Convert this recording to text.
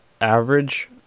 average